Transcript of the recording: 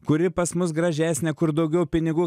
kuri pas mus gražesnė kur daugiau pinigų